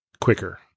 quicker